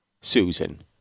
Susan